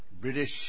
British